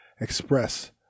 express